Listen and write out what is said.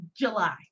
July